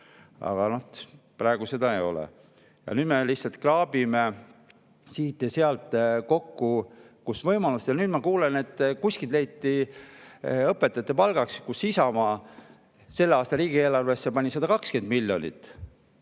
Aga praegu seda ei ole. Nüüd me lihtsalt kraabime siit ja sealt kokku, kust võimalik. Ja nüüd ma kuulen, et kuskilt leiti [lisaraha] õpetajate palgaks. Isamaa selle aasta riigieelarvesse pani 120 miljonit.